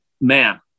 man